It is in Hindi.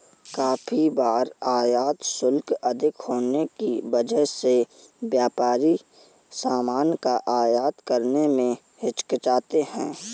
काफी बार आयात शुल्क अधिक होने की वजह से व्यापारी सामान का आयात करने में हिचकिचाते हैं